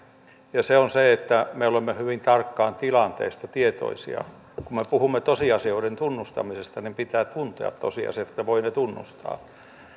ja yksi on se että me olemme hyvin tarkkaan tilanteesta tietoisia kun kun me puhumme tosiasioiden tunnustamisesta niin pitää tuntea tosiasiat että voi ne tunnustaa